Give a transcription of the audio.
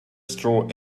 straw